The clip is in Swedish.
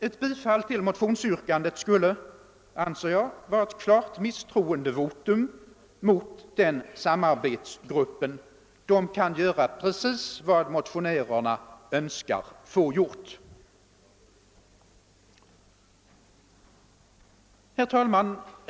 Ett bifall till motionsyrkandet, anser jag, vore ett klart misstroendevotum mot denna samarbetsgrupp. Gruppen kan göra precis vad motionärerna Önskar få gjort. Herr talman!